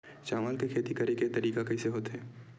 चावल के खेती करेके तरीका कइसे होथे?